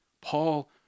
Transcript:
Paul